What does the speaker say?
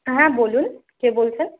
হ্যাঁ বলুন কে বলছেন